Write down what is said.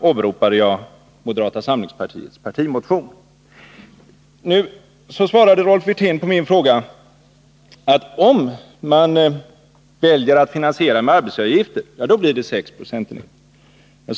åberopade jag moderata samlingspartiets partimotion. Rolf Wirtén svarade på min fråga, att om man väljer att finansiera med arbetsgivaravgifter, blir det 6 procentenheter.